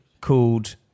called